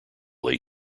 late